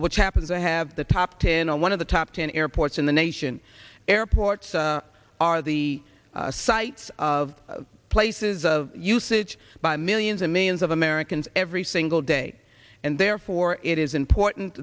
which happens to have the top ten on one of the top ten airports in the nation airports are the sights of places of usage by millions and millions of americans every single day and therefore it is important